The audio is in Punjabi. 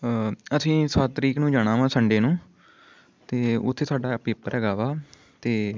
ਅਸੀਂ ਸੱਤ ਤਰੀਕ ਨੂੰ ਜਾਣਾ ਵਾ ਸੰਡੇ ਨੂੰ ਅਤੇ ਉੱਥੇ ਸਾਡਾ ਪੇਪਰ ਹੈਗਾ ਵਾ ਅਤੇ